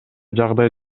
жагдай